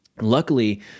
luckily